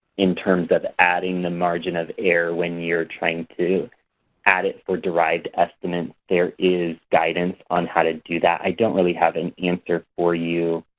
in terms of adding the margin of error when you're trying to add it for derived estimates, there is guidance on how to do that. i don't really have an answer for you.